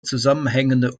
zusammenhängende